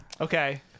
Okay